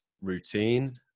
routine